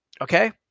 Okay